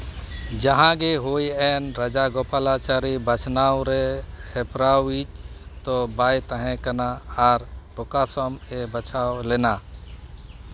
ᱡᱟᱦᱟᱸᱜᱮ ᱦᱩᱭ ᱮᱱ ᱨᱟᱡᱟᱜᱳᱯᱟᱞᱟᱪᱟᱹᱨᱤ ᱵᱟᱪᱷᱱᱟᱣ ᱨᱮ ᱦᱮᱯᱨᱟᱣᱤᱡ ᱫᱚ ᱵᱟᱭ ᱛᱟᱦᱮᱸ ᱠᱟᱱᱟ ᱟᱨ ᱯᱨᱚᱠᱟᱥᱚᱢ ᱮ ᱵᱟᱪᱷᱟᱣ ᱞᱮᱱᱟ